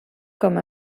com